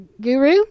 guru